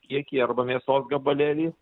kiekį arba mėsos gabalėlį